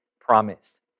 promised